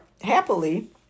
Happily